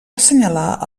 assenyalar